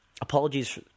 Apologies